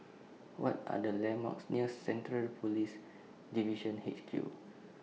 What Are The landmarks near Central Police Division H Q